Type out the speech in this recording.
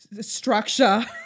structure